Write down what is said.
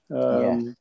Yes